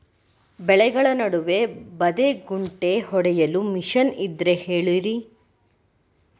ಬೆಳೆಗಳ ನಡುವೆ ಬದೆಕುಂಟೆ ಹೊಡೆಯಲು ಮಿಷನ್ ಇದ್ದರೆ ಹೇಳಿರಿ